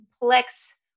complex